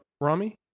Rami